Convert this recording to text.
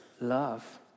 love